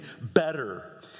better